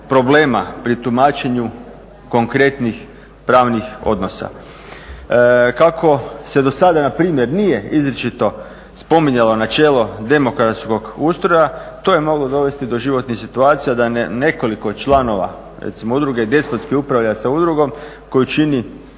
problema pri tumačenju konkretnih pravnih odnosa. Kako se do sada npr. nije izričito spominjalo načelo demokratskog ustroja to je moglo dovesti do životnih situacija da nekoliko članova, recimo uprave despotski upravlja sa udrugom koju čini